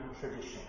tradition